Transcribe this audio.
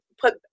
put